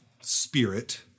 spirit